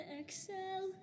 excel